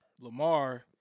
Lamar